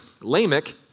Lamech